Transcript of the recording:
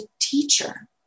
teacher